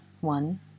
one